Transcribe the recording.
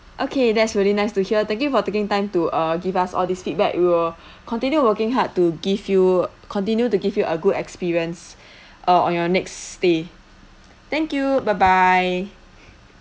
okay that's really nice to hear thank you for taking time to uh give us all these feedback we'll continue working hard to give you continue to give you a good experience err on your next stay thank you bye bye